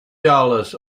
dollars